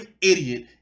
idiot